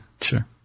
Sure